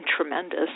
tremendous